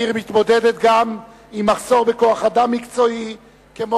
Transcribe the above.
העיר מתמודדת גם עם מחסור בכוח-אדם מקצועי כמו